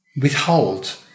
withhold